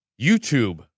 YouTube